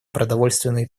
продовольственной